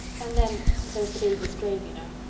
and then, there's the baby's grave, you know.